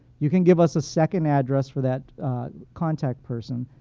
you can give us a second address for that contact person,